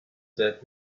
that